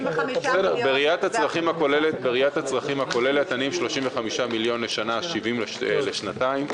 בראיית הצרכים הכוללת אני עם 35 מיליון לשנה ו-70 לשנתיים,